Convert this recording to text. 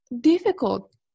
difficult